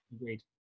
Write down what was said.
Agreed